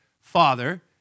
Father